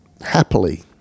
happily